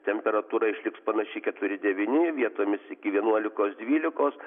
temperatūra išliks panaši keturi devyni vietomis iki vienuolikos dvylikos